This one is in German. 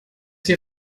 hier